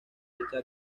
dichas